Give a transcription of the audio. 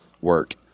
work